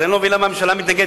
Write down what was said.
אני לא מבין למה הממשלה מתנגדת,